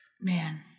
Man